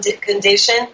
condition